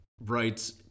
rights